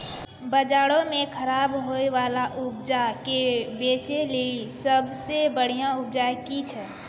बजारो मे खराब होय बाला उपजा के बेचै लेली सभ से बढिया उपाय कि छै?